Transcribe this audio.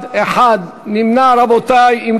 תשעה נמנעים.